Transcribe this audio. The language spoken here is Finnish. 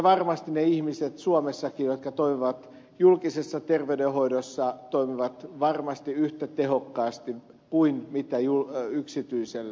varmasti ne ihmiset suomessakin jotka toimivat julkisessa terveydenhoidossa toimivat yhtä tehokkaasti kuin yksityisellä